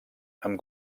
amb